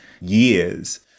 years